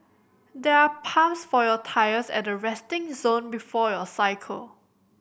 there are pumps for your tyres at the resting zone before you cycle